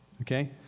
okay